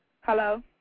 Hello